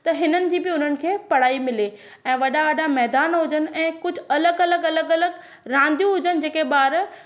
त हिननि जी बि हुननि खे पढ़ाई मिले ऐं वॾा वॾा मैदान हुजनि ऐं कुझु अलॻि अलॻि अलॻि अलॻि रांदियूं हुजनि जेके ॿार